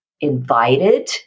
invited